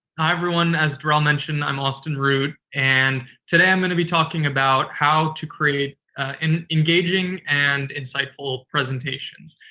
hi everyone. as de'rell mentioned, i'm austin root, and today i'm going to be talking about how to create an engaging and insightful presentation.